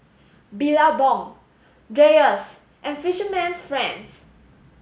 Billabong Dreyers and Fisherman's friend